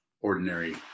ordinary